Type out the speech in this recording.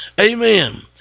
Amen